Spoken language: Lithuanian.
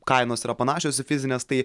kainos yra panašios į fizines tai